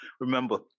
Remember